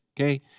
okay